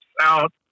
out